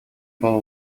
было